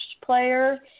player